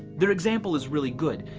their example is really good.